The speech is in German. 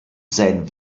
sein